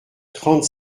trente